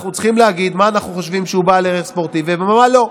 אנחנו צריכים להגיד מה אנחנו חושבים שהוא בעל ערך ספורטיבי ומה לא,